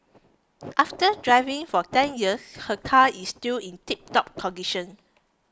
after driving for ten years her car is still in tiptop